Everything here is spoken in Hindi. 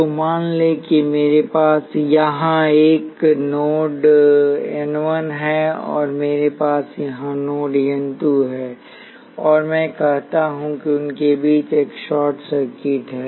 तो मान लें कि मेरे पास यहां एक नोड n 1 है और मेरे पास यहां नोड n 2 है और मैं कहता हूं कि उनके बीच एक शॉर्ट सर्किट है